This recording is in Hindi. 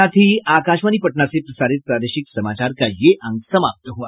इसके साथ ही आकाशवाणी पटना से प्रसारित प्रादेशिक समाचार का ये अंक समाप्त हुआ